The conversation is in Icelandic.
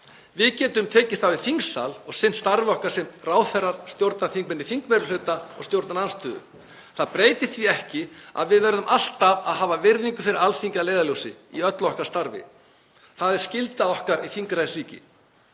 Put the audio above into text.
Við getum tekist á í þingsal og sinnt starfi okkar sem ráðherrar, stjórnarþingmenn í þingmeirihluta og í stjórnarandstöðu. Það breytir því ekki að við verðum alltaf að hafa virðingu fyrir Alþingi að leiðarljósi í öllu okkar starfi. Það er skylda okkar í þingræðisríki.